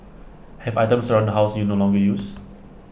have items around the house you no longer use